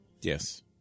Yes